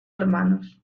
hermanos